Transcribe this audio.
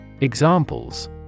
Examples